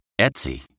Etsy